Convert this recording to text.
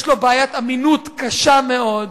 יש לו בעיית אמינות קשה מאוד,